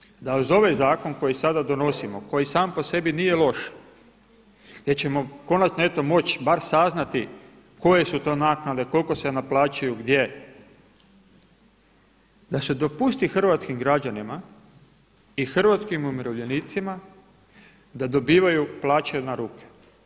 Pošteno bi bilo da uz ovaj zakon koji sada donosimo, koji sam po sebi nije loš, gdje ćemo konačno eto moći barem saznati koje su to naknade, koliko se naplaćuju, gdje, da se dopusti hrvatskim građanima i hrvatskim umirovljenicima da dobivaju plaće na ruke.